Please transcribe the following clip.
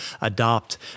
adopt